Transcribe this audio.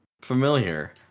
familiar